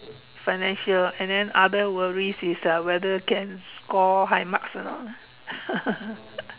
financial and then other worries is uh whether can score high marks or not ah